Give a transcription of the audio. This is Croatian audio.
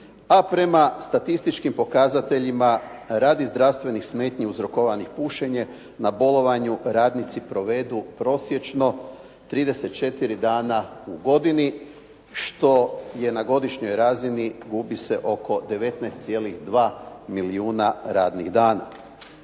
a prema statističkim pokazateljima radi zdravstvenih smetnji uzrokovanih pušenjem na bolovanju radnici provedu prosječno 34 dana u godini što je na godišnjoj razini gubi se oko 19,2 milijuna radnih dana.